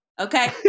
Okay